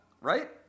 Right